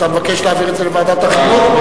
אתה מבקש להעביר את זה לוועדת החינוך?